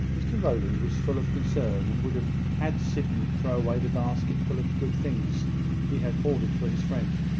mr rowland was full of concern, and would have had sydney throw away the basketful of good things he had hoarded for his friend.